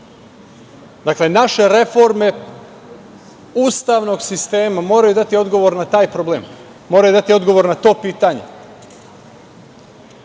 Dakle, naše reforme ustavnog sistema moraju dati odgovor na taj problem, moraju dati odgovor na to pitanje. Kao